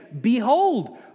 Behold